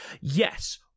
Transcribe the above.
Yes